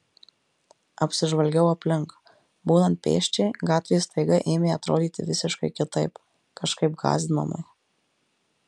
apsižvalgiau aplink būnant pėsčiai gatvės staiga ėmė atrodyti visiškai kitaip kažkaip gąsdinamai